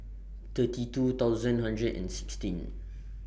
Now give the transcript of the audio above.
thirty two thousand hundred and sixteen